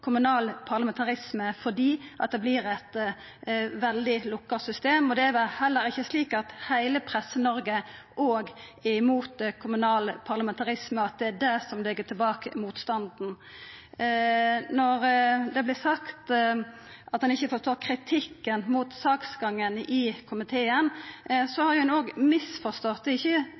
kommunal parlamentarisme, fordi det vert eit veldig lukka system, og det er heller ikkje slik at heile Presse-Noreg òg er imot kommunal parlamentarisme, og at det er det som ligg bak motstanden. Når det vert sagt at ein ikkje forstår kritikken mot saksgangen i komiteen, så har ein òg misforstått. Det er ikkje